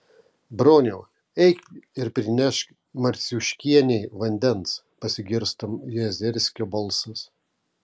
broniau eik ir prinešk marciuškienei vandens pasigirsta jazerskio balsas